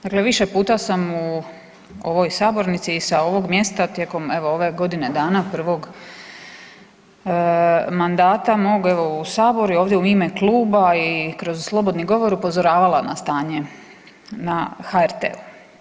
Dakle, više puta sam u ovoj sabornici i sa ovog mjesta tijekom evo ove godine dana prvog mandata mog evo u saboru i ovdje u ime kluba i kroz slobodni govor upozoravala na stanje na HRT-u.